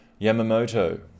Yamamoto